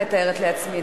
אני מתארת לעצמי,